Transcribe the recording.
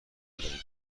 بدهید